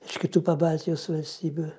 iš kitų pabaltijos valstybių